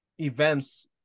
events